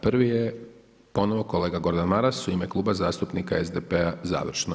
Prvi je ponovo kolega Gordan Maras u ime Kluba zastupnika SDP-a, završno.